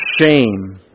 shame